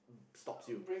stops you